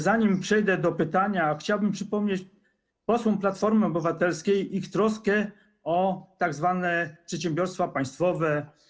Zanim przejdę do pytania, chciałbym przypomnieć posłom Platformy Obywatelskiej ich troskę o tzw. przedsiębiorstwa państwowe.